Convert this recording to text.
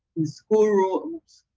in school rooms,